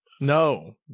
No